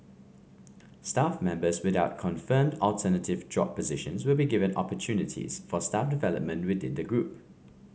staff members without confirmed alternative job positions will be given opportunities for staff development within the group